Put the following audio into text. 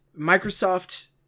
Microsoft